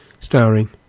starring